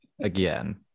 again